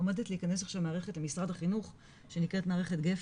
עומדת להיכנס עכשיו למערכת למשרד החינוך שנקראת מערכת גפן,